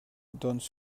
donnent